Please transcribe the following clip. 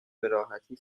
بهراحتی